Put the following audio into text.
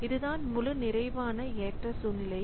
இதுதான் முழுநிறைவான ஏற்ற சூழ்நிலை